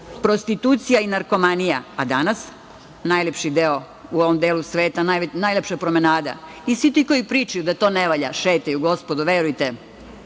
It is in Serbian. Prostitucija i narkomanija. A danas je najlepši deo u ovom delu sveta, najlepša promenada. Svi ti koji pričaju da to ne valja šetaju, gospodo, verujte,